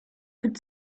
could